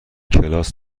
کلاس